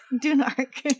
Dunark